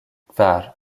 kvar